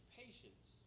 patience